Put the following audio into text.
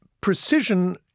precision